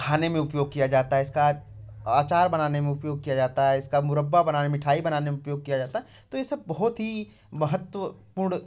खाने में उपयोग किया जाता है इसका अचार बनाने में उपयोग किया जाता है इसका मुरब्बा बनाने में मिठाई बनाने में उपयोग किया जाता है तो ये सब बहुत ही महत्वपूर्ण